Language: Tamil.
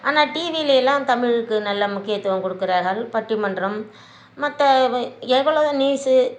ஆனா டிவியிலேலாம் தமிழுக்கு நல்ல முக்கியத்துவம் கொடுக்கிறார்கள் பட்டிமன்றம் மற்ற எவ்வளோ நியூஸு